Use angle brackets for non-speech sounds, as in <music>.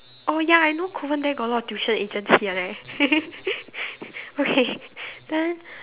oh ya I know Kovan there got a lot of tuition agency right <laughs> okay then